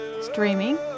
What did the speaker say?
Streaming